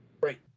Right